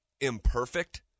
imperfect